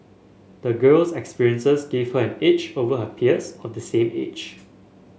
the girl's experiences gave her an edge over her peers of the same age